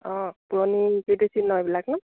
অঁ পুৰণি কীৰ্তিচিহ্ণ এইবিলাক নহ্